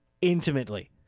intimately